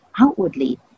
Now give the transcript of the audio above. outwardly